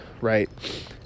right